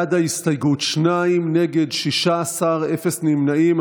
בעד ההסתייגות, שניים, נגד, 16, אפס נמנעים.